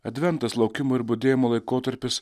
adventas laukimo ir budėjimo laikotarpis